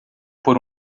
por